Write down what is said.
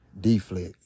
Deflect